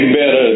better